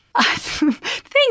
Thank